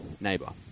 neighbor